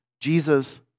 Jesus